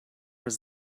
was